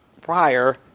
prior